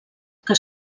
que